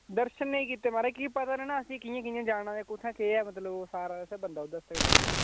दर्शन नेईं कीते महाराज की पता ने ना असें कि'यां कि'यां जाना ते कुत्थै केह् ऐ मतलब सारा असें बंदा ओह्दे आस्तै गै चाहिदा